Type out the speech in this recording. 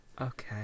Okay